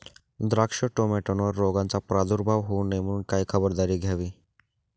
द्राक्ष, टोमॅटोवर रोगाचा प्रादुर्भाव होऊ नये म्हणून काय खबरदारी घ्यावी?